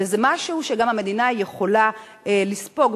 וזה משהו שהמדינה גם יכולה לספוג,